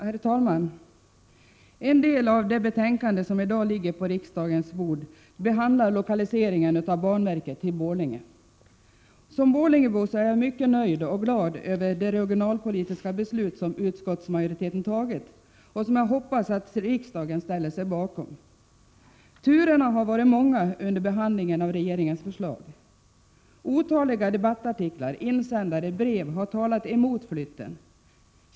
Herr talman! En del av det betänkande som i dag ligger på riksdagens bord behandlar frågan om lokaliseringen av banverket till Borlänge. Som borlängebo är jag mycket nöjd med och glad över det regionalpolitiska beslut som utskottsmajoriteten har tagit. Jag hoppas att riksdagen ställer sig bakom det beslutet. Turerna har varit många under behandlingen av regeringens förslag. Otaliga debattartiklar, insändare och brev har talat emot flytten.